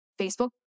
Facebook